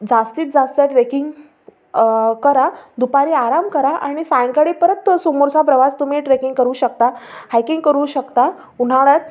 जास्तीत जास्त ट्रेकिंग करा दुपारी आराम करा आणि सायंकाळी परत समोरचा प्रवास तुम्ही ट्रेकिंग करू शकता हायकिंग करू शकता उन्हाळ्यात